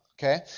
Okay